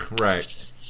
Right